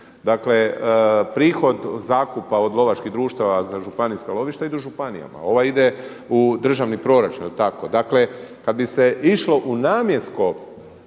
Dakle prihod zakupa od lovačkih društava za županijska lovišta idu županijama, ova ide u državni proračun jel tako. Dakle kada bi se išlo u namjensko